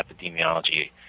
epidemiology